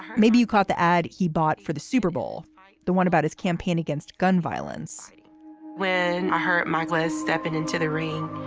maybe you caught the ad he bought for the super bowl. the one about his campaign against gun violence when her margolies stepping into the ring,